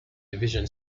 division